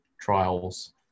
trials